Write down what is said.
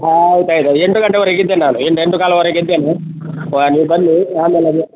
ಆಯ್ತು ಆಯ್ತು ಎಂಟು ಗಂಟೆಯವರೆಗೆ ಇದ್ದೇನೆ ಎಂಟು ಎಂಟು ಕಾಲುವರೆಗೆ ಇದ್ದೇನೆ ವಾ ನೀವು ಬನ್ನಿ ಆಮೇಲೆ ಅದು